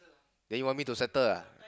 then you want me to settle ah